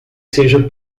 seja